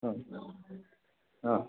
ହଁ ହଁ